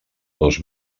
dos